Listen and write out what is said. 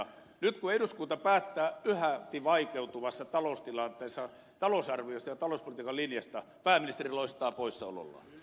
nyt kun eduskunta päättää yhäti vaikeutuvassa taloustilanteessa talousarviosta ja talouspolitiikan linjasta pääministeri loistaa poissaolollaan